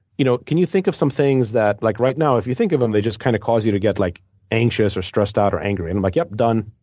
you know can you think of some things that, like right now, if you think of them, they just kind of cause you to get like anxious or stressed out or angry? and i'm like, yeah, done.